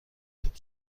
توپ